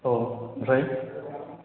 अ ओमफ्राय